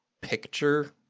picture